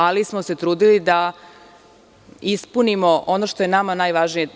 Ali, trudili smo se da ispunimo ono što je nama najvažnije.